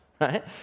right